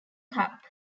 cup